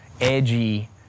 edgy